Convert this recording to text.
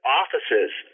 offices